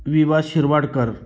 वि वा शिरवाडकर